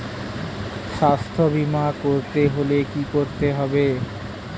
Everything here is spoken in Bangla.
স্বাস্থ্যবীমা করতে হলে কি করতে হবে?